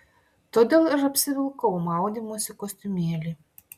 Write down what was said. todėl ir apsivilkau maudymosi kostiumėlį